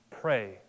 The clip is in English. pray